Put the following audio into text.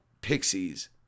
Pixies